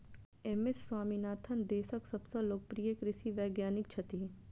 M S Swaminathan देशक सबसं लोकप्रिय कृषि वैज्ञानिक छथि